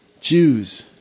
Jews